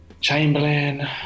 Chamberlain